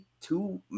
two